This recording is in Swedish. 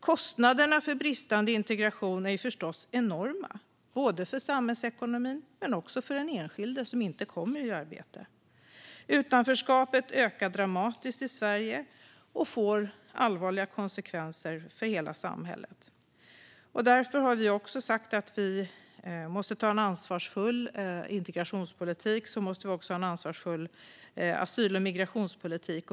Kostnaderna för bristande integration är förstås enorma både för samhällsekonomin och för den enskilde som inte kommer i arbete. Utanförskapet ökar dramatiskt i Sverige och får allvarliga konsekvenser för hela samhället. Därför har vi sagt att om vi ska ha en ansvarsfull integrationspolitik måste vi också ha en ansvarsfull asyl och migrationspolitik.